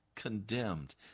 Condemned